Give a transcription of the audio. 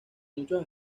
muchos